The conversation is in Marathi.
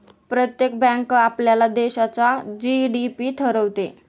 प्रत्येक बँक आपल्या देशाचा जी.डी.पी ठरवते